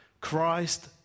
Christ